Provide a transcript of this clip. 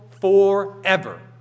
forever